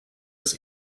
das